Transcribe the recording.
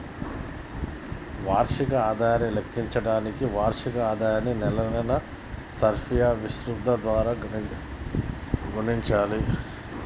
వార్షిక ఆదాయాన్ని లెక్కించడానికి వార్షిక ఆదాయాన్ని నెలల సర్ఫియా విశృప్తి ద్వారా గుణించాలి